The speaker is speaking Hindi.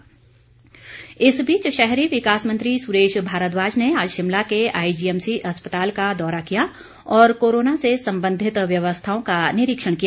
सुरेश भारद्वाज इस बीच शहरी विकास मंत्री सुरेश भारद्वाज ने आज शिमला के आईजीएमसी अस्पताल का दौरा किया और कोरोना से संबंधित व्यवस्थाओं का निरीक्षण किया